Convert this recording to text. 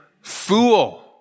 fool